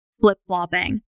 flip-flopping